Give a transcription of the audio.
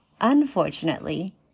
unfortunately